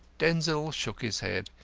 denzil shook his head.